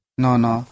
nono